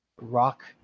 rock